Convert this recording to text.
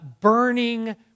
burning